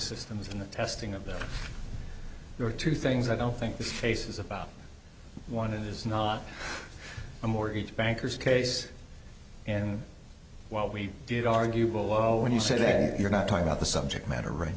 systems in the testing of there are two things i don't think this case is about one it is not a mortgage bankers case and what we did argue well when you say that you're not talking about the subject matter right